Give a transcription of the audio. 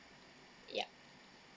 yup